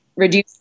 Reduce